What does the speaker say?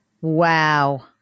Wow